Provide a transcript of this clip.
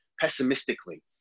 pessimistically